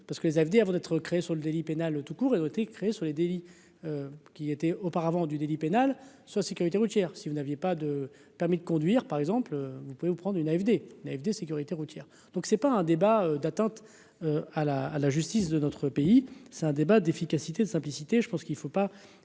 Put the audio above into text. parce que les avis avant d'être créée sur le délit pénal tout court érotique très sur les délits qui était auparavant du délit pénal soit sécurité routière si vous n'aviez pas de permis de conduire, par exemple, vous pouvez-vous prendre une AFD naïve de sécurité routière, donc c'est pas un débat d'attente à la à la justice de notre pays, c'est un débat d'efficacité, de simplicité, je pense qu'il ne faut pas